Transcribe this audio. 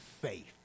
faith